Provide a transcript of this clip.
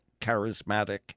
charismatic